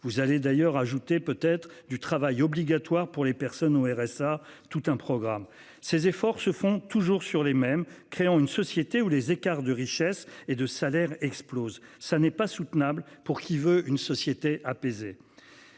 vous allez d'ailleurs ajouté peut être du travail obligatoire pour les personnes au RSA. Tout un programme. Ces efforts se font toujours sur les mêmes créant une société où les écarts de richesse et de salaires explosent. Ça n'est pas soutenable pour qui veut une société apaisée